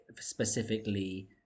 specifically